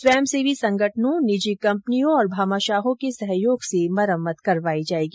स्वयंसेवी संगठनों निजी कंपनियों और भामाशाह के सहयोग से मरम्मत करवाई जाएगी